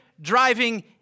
driving